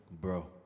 bro